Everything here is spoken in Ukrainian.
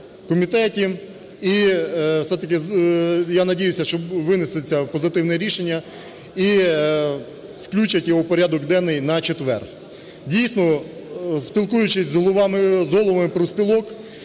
комітеті, і все-таки я надіюся, що винесеться позитивне рішення і включать його в порядок денний на четвер. Дійсно, спілкуючись з головами профспілок,